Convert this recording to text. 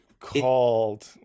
called